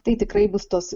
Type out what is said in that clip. tai tikrai bus tos